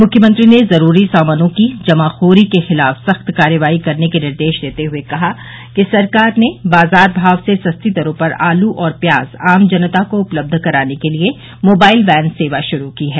मुख्यमंत्री ने जरूरी सामानों की जमाखोरी करने के खिलाफ सख्त कार्रवाई के निर्देश देते हुए कहा कि सरकार ने बाजार भाव से सस्ती दरों पर आलू एवं प्याज आम जनता को उपलब्ध कराने के लिए मोबाइल बैन सेवा शुरू की है